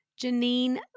Janine